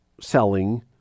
selling